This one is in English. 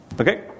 Okay